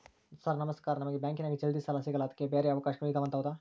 Sir ನಮಸ್ಕಾರ ನಮಗೆ ಬ್ಯಾಂಕಿನ್ಯಾಗ ಜಲ್ದಿ ಸಾಲ ಸಿಗಲ್ಲ ಅದಕ್ಕ ಬ್ಯಾರೆ ಅವಕಾಶಗಳು ಇದವಂತ ಹೌದಾ?